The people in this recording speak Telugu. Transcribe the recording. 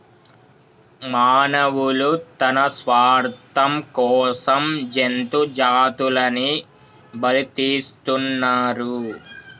మానవులు తన స్వార్థం కోసం జంతు జాతులని బలితీస్తున్నరు